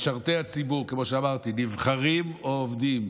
משרתי הציבור, כמו שאמרתי, נבחרים או עובדים,